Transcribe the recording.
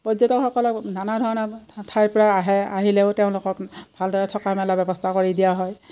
পৰ্যটকসকলক নানা ধৰণৰ ঠাইৰ পৰা আহে আহিলেও তেওঁলোকক ভালদৰে থকা মেলা ব্যৱস্থা কৰি দিয়া হয়